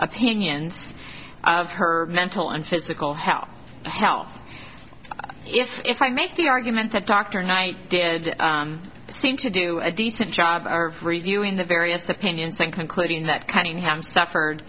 opinions of her mental and physical health health if i make the argument that dr knight did seem to do a decent job are reviewing the various opinions and concluding that cutting him suffered